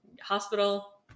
hospital